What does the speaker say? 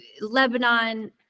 Lebanon